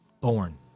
Born